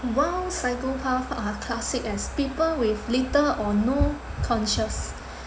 while psychopaths are classic as people with little or no conscious